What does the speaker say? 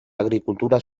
agricultura